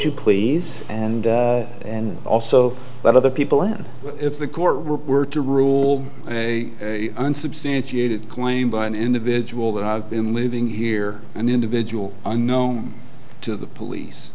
you please and and also that other people and if the court were to rule unsubstantiated claim by an individual that i've been living here an individual unknown to the police